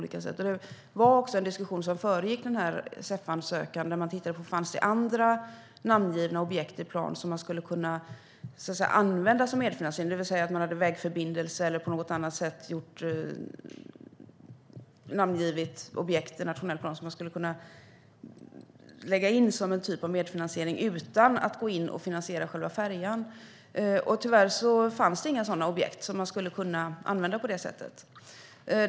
I samband med den diskussion som föregick denna CEF-ansökan tittade man på om det fanns andra namngivna objekt i plan som man skulle kunna använda som medfinansiering, det vill säga att man hade en vägförbindelse eller något annat namngivet objekt i nationell plan som man skulle kunna lägga in som en typ av medfinansiering utan att gå in och finansiera själva färjan. Tyvärr fanns det inga sådana objekt som man skulle kunna använda på det sättet.